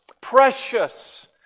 precious